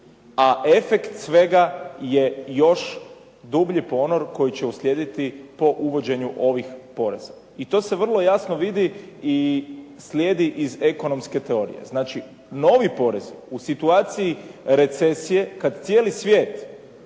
a efekt svega je još dublji ponor koji će uslijediti po uvođenju ovih poreza. I to se vrlo jasno vidi i slijedi iz ekonomske teorije. Znači novi porezi u situaciji recesije, kad cijeli svijet,